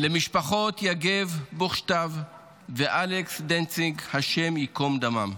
למשפחות יגב בוכשטב ואלכס דנציג השם יקום דמם.